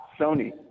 Sony